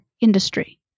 industry